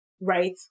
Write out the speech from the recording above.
Right